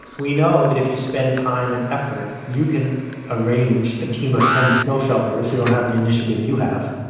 we know that if you spend time and effort, you can arrange a team of ten snow shovelers who don't have the initiative you have,